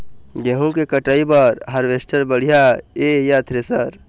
गेहूं के कटाई बर हारवेस्टर बढ़िया ये या थ्रेसर?